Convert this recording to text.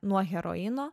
nuo heroino